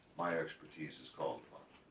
my expertise is called upon.